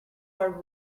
are